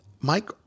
Mike